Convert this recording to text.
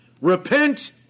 repent